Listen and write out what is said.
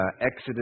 Exodus